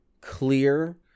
clear